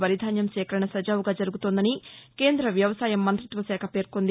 వరిధాన్యం సేకరణ సజావుగా జరుగుతోందని కేందవ్యవసాయ మంతిత్వ శాఖ పేర్కొంది